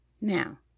now